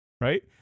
Right